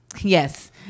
Yes